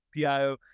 PIO